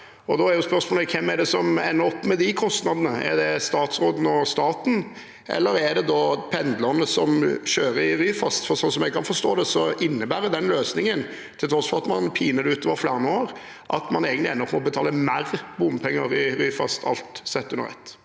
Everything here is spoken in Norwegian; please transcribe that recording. som ender opp med de kostnadene? Er det statsråden og staten, eller er det pendlerne som kjører i Ryfast? Sånn jeg kan forstå det, innebærer den løsningen – til tross for at man piner det utover flere år – at man egentlig ender opp med å betale mer bompenger i Ryfast, alt sett under ett.